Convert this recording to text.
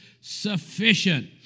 sufficient